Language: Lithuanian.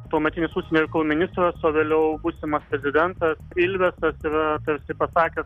tuometinis užsienio reikalų ministras o vėliau būsimas prezidentas ilvesas yra tarsi pasakęs